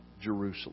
Jerusalem